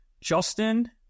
Justin